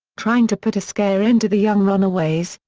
trying to put a scare into the young runaways,